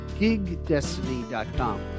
GigDestiny.com